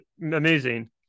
amazing